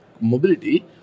mobility